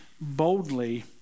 boldly